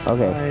Okay